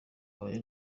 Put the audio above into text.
abaye